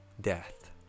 death